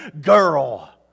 girl